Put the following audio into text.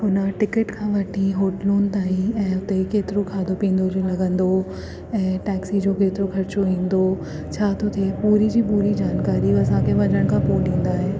हुन टिकट खां वठी होटलुन ताईं ऐं हुते केतिरो खाधो पींदो जो लॻंदो ऐं टैक्सी जो केतिरो ख़र्चो ईंदो छा थो थिए पूरी जी पूरी जानकारियूं असांखे वञण खां पोइ ॾींदा आहिनि